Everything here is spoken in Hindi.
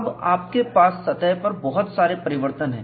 अब आपके पास सतह पर बहुत सारे परिवर्तन हैं